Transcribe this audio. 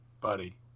Buddy